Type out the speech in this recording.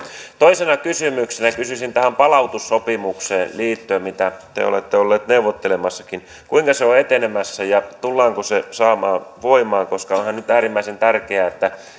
toisena kysymyksenä kysyisin tähän palautussopimukseen liittyen mitä te olette ollut neuvottelemassakin kuinka se on etenemässä ja tullaanko se saamaan voimaan onhan nyt äärimmäisen tärkeää että